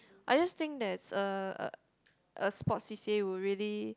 I just think that's uh a sports C_C_A would really